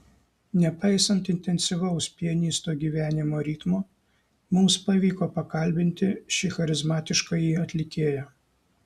nepaisant intensyvaus pianisto gyvenimo ritmo mums pavyko pakalbinti šį charizmatiškąjį atlikėją